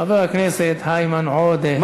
חבר הכנסת היימן עוֹדֶה.